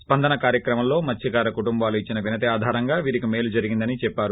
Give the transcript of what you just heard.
స్సందన కార్యక్రమంలో మత్స్కార కుటుంబాలు ఇచ్చిన వినతి ఆధారంగా వీరికి మేలు జరిగిందని చెప్పారు